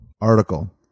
article